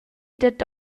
dad